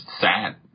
sad